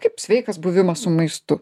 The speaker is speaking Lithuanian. kaip sveikas buvimas su maistu